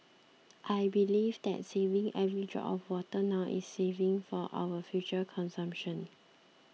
I believe that saving every drop of water now is saving for our future consumption